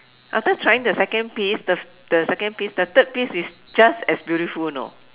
after trying the second piece the the second piece the third piece is just as beautiful you know